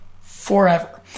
forever